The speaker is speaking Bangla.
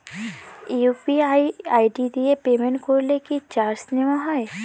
ইউ.পি.আই আই.ডি দিয়ে পেমেন্ট করলে কি চার্জ নেয়া হয়?